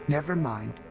never mind.